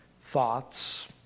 thoughts